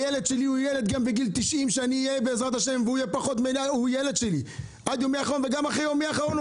הילד שלי יהיה הילד שלי גם בגיל 90. עד יומי האחרון וגם אחרי יומי האחרון.